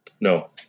No